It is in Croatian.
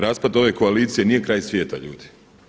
Raspad ove koalicije nije kraj svijeta ljudi!